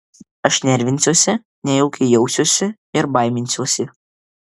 aš nervinsiuosi nejaukiai jausiuosi ir baiminsiuosi